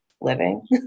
living